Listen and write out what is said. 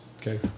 Okay